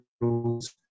rules